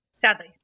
Sadly